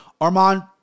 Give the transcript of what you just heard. Armand